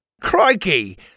Crikey